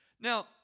Now